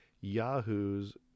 yahoos